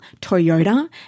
Toyota